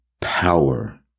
power